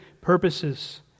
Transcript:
purposes